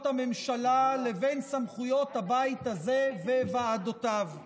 הממשלה לבין סמכויות הבית הזה וועדותיו.